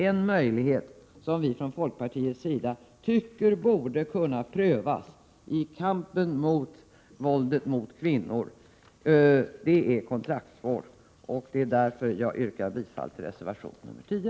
En möjlighet som vi från folkpartiets sida tycker borde kunna prövas i kampen mot våldet mot kvinnor är kontraktsvård, och det är därför jag yrkar bifall till reservation 10.